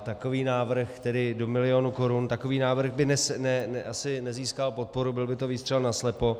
Takový návrh, tedy do milionu korun, takový návrh by asi nezískal podporu, byl by to výstřel naslepo.